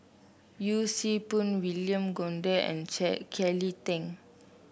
Yee Siew Pun William Goode and Kelly Tang